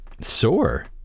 Sore